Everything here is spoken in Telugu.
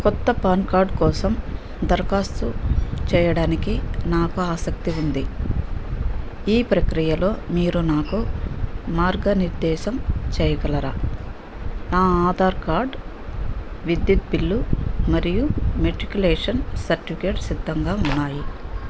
కొత్త పాన్ కార్డు కోసం దరఖాస్తు చేయడానికి నాకు ఆసక్తి ఉంది ఈ ప్రక్రియలో మీరు నాకు మార్గనిర్దేశం చేయగలరా నా ఆధార్ కార్డ్ విద్యుత్ బిల్లు మరియు మెట్రిక్యులేషన్ సర్టిఫికేట్ సిద్ధంగా ఉన్నాయి